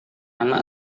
anak